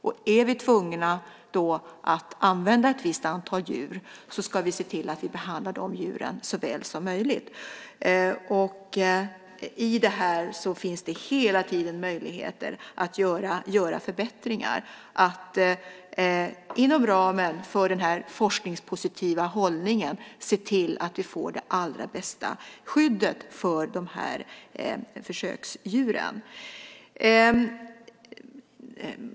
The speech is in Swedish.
Om vi är tvungna att använda ett visst antal djur så ska vi se till att vi behandlar dem så väl som möjligt. I det här finns det hela tiden möjligheter att göra förbättringar. Vi ska inom ramen för den forskningspositiva hållningen se till att vi får det allra bästa skyddet för försöksdjuren.